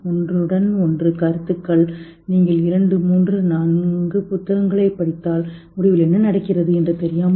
ஒன்றுடன் ஒன்று கருத்துக்கள் நீங்கள் இரண்டு மூன்று நான்கு புத்தகங்களைப் படித்தால் உங்கள் முடிவில் இருக்கலாம் என்ன நடக்கிறது என்று தெரியவில்லை